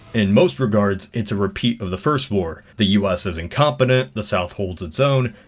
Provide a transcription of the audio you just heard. in most regards it's a repeat of the first war. the u s is incompetent, the south holds its own,